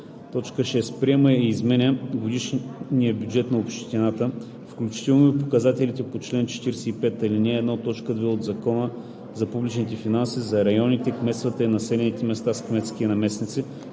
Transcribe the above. така: „6. приема и изменя годишния бюджет на общината, включително и показателите по чл. 45, ал. 1, т. 2 от Закона за публичните финанси за районите, кметствата и населените места с кметски наместници,